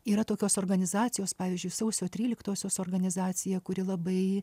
yra tokios organizacijos pavyzdžiui sausio tryliktosios organizacija kuri labai